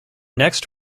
next